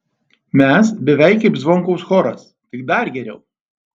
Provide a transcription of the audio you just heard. mes beveik kaip zvonkaus choras tik dar geriau